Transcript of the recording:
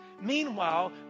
Meanwhile